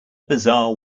bizarre